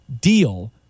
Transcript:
deal